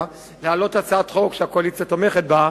להעלות הצעת חוק שהקואליציה תומכת בה.